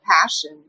passion